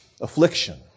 Affliction